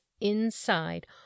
inside